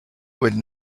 would